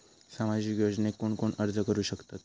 सामाजिक योजनेक कोण कोण अर्ज करू शकतत?